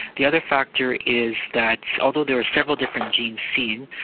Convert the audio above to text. the other factor is that although there are several different genes seen,